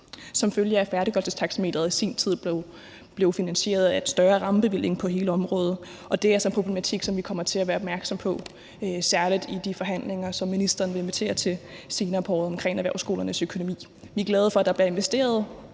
som følge af at færdiggørelsestaxameteret i sin tid blev finansieret af en større rammebevilling på hele området, og det er altså en problematik, som vi kommer til at være opmærksomme på, særlig i de forhandlinger, som ministeren vil invitere til senere på året omkring erhvervsskolernes økonomi. Vi er glade for, at der bliver investeret